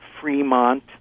Fremont